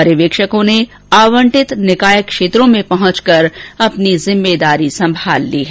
पर्यवेक्षकों ने आवंटित निकाय क्षेत्रों में पहुंचकर अपनी जिम्मेदारी संभाल ली है